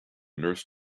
nurse